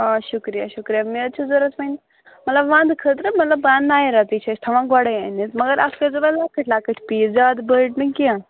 آ شُکریہ شُکریہ مےٚ حظ چھِ ضروٗرت وۅنۍ مطلب وَنٛدٕ خٲطرٕ مطلب بہٕ اَنہٕ نَیہِ رٮ۪تٕے چھِ أسۍ تھاوان گۄڈَے أنِتھ مگر اکھ کٔرۍزیٚو وۅنۍ لۅکٕٹۍ لۅکٕٹۍ پیٖس زیادٕ بٔڈۍ نہٕ کیٚنٛہہ